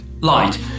light